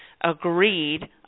agreed